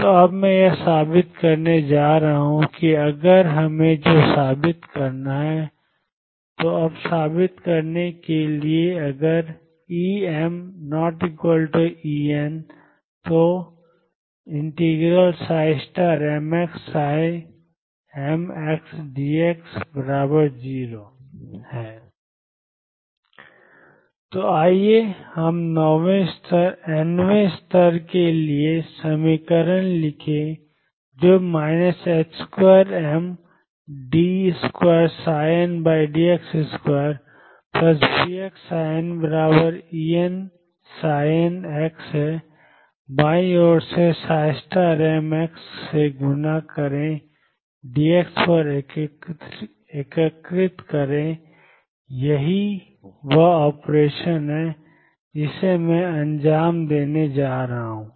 तो अब मैं यह साबित करने जा रहा हूं कि अगर हमें जो साबित करना है तो अब साबित करें कि क्या EmEn तो mx mxdx0 तो आइए हम nवें स्तर के लिए समीकरण लिखें जो 22md2ndx2VxnEnn है बाईं ओर से m से गुणा करें dx पर एकीकृत करें यही वह ऑपरेशन है जिसे मैं अंजाम दे रहा हूं